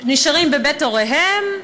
נשארים בבית הוריהם,